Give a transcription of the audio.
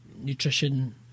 nutrition